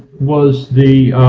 was the